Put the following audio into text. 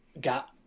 got